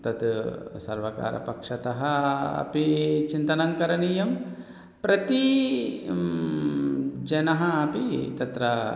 तत् सर्वकारपक्षतः अपि चिन्तनं करणीयं प्रति जनः अपि तत्र